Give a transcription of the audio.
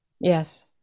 Yes